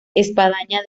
espadaña